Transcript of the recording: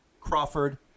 Crawford